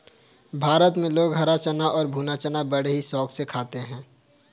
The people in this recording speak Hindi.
भारत में लोग हरा चना और भुना चना बड़े ही शौक से खाते हैं